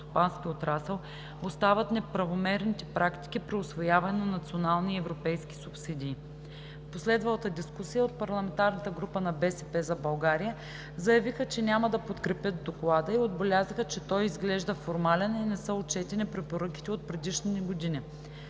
отрасъл остават неправомерните практики при усвояване на национални и европейски субсидии. В последвалата дискусия от парламентарната група на „БСП за България“ заявиха, че няма да подкрепят Доклада и отбелязаха, че той изглежда формален и не са отчетени препоръките от предишни години.